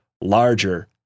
larger